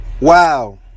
Wow